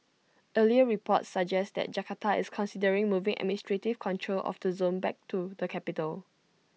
earlier reports suggest that Jakarta is considering moving administrative control of the zone back to the capital